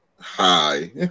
Hi